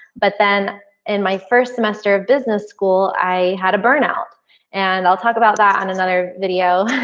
but then in my first semester of business school, i had a burnout and i'll talk about that on another video.